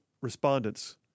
respondents